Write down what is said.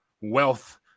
wealth